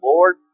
Lord